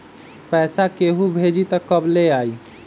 पैसा केहु भेजी त कब ले आई?